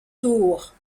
tours